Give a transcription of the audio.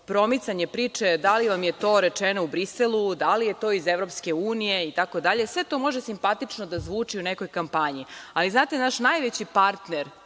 promicanje priče da li vam je to rečeno u Briselu, da li je to iz EU itd, sve to može simpatično da zvuči u nekoj kampanji, ali naš najveći partner